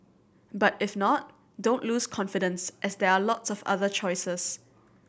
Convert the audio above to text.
but if not don't lose confidence as there are lots of other choices